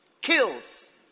kills